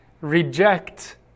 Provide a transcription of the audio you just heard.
reject